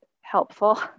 helpful